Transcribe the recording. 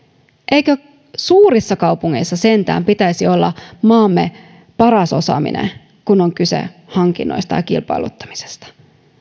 eikö suurissa kaupungeissa sentään pitäisi olla maamme paras osaaminen kun on kyse hankinnoista ja kilpailuttamisesta